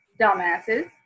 dumbasses